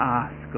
ask